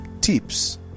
tips